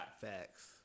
Facts